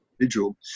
individual